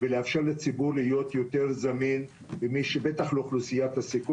לצערי הנתונים אכן מראים עלייה חוזרת בתחלואת הקורונה.